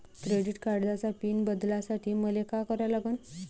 Credit कार्डाचा PIN बदलासाठी मले का करा लागन?